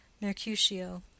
Mercutio